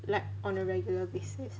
like on a regular basis